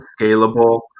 scalable